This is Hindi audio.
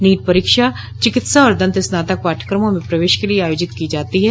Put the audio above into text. नीट परीक्षा चिकित्सा और दंत स्नातक पाठ्यक्रमों में प्रवेश के लिए आयोजित की जाती है